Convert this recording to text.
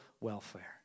welfare